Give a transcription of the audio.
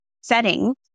setting